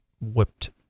whipped